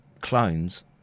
clones